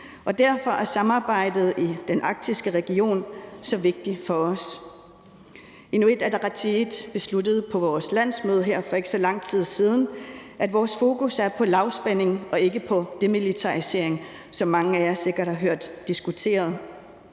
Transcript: derfor er samarbejdet i den arktiske region så vigtig for os. Inuit Ataqatigiit besluttede på vores landsmøde for ikke så lang tid siden, at vores fokus er på lavspænding og ikke på demilitarisering, som mange af jer sikkert har hørt diskuteret.